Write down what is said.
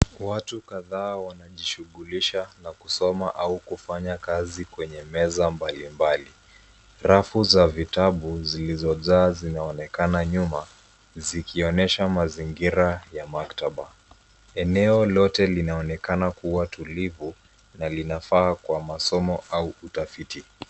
Watu kadhaa wanajishughulisha na kusoma au kufanya kazi kwenye meza mbalimbali. Rafu za vitabu zilizojaa zinaonekana nyuma zikionyesha mazingira ya maktaba. Eneo lote linaonekana kuwa tulivu na linafaa kwa masomo au utafiti.